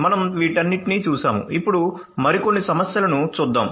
మనం వీటన్నింటినీ చూశాము ఇప్పుడు మరికొన్ని సమస్యలను చూద్దాం